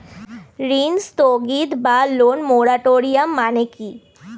ঋণ স্থগিত বা লোন মোরাটোরিয়াম মানে কি?